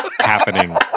happening